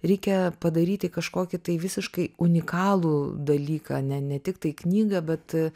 reikia padaryti kažkokį tai visiškai unikalų dalyką ne ne tiktai knygą bet